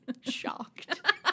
shocked